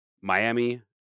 Miami